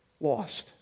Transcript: lost